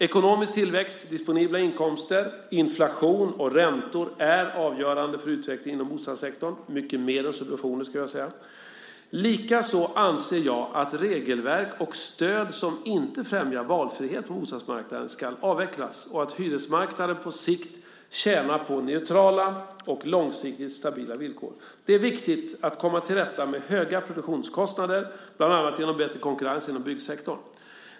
Ekonomisk tillväxt, disponibla inkomster, inflation och räntor är avgörande för utvecklingen inom bostadssektorn, mycket mer än subventioner skulle jag vilja säga. Likaså anser jag att regelverk och stöd som inte främjar valfrihet på bostadsmarknaden ska avvecklas och att hyresmarknaden på sikt tjänar på neutrala och långsiktigt stabila villkor. Det är viktigt att komma till rätta med höga produktionskostnader, bland annat genom bättre konkurrens inom byggsektorn.